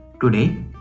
today